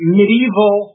medieval